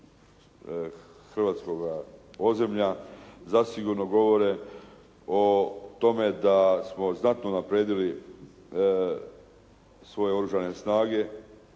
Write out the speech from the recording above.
razumije./ … zasigurno govore o tome da smo znatno unaprijedili svoje oružane snage